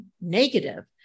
negative